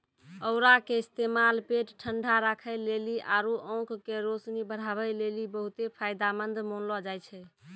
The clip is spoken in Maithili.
औरा के इस्तेमाल पेट ठंडा राखै लेली आरु आंख के रोशनी बढ़ाबै लेली बहुते फायदामंद मानलो जाय छै